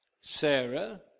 Sarah